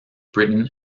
britain